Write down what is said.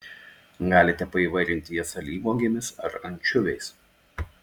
galite paįvairinti jas alyvuogėmis ar ančiuviais